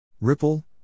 Ripple